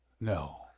No